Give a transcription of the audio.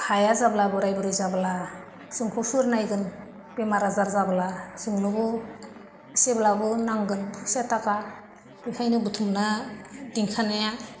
हाया जाब्ला बोराय बुरै जाब्ला जोंखौ सोर नायगोन बेमार आजार जाब्ला जोंनोबो जेब्लाबो नांगोन फैसा थाखा बेखायनो बुथुमना दोनखानाया